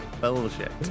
bullshit